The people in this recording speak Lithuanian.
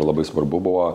labai svarbu buvo